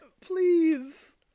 Please